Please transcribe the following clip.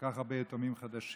כל כך הרבה יתומים חדשים.